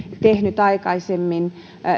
tehnyt aikaisemmin